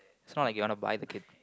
it's not like you want to buy the kid